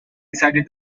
decided